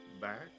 back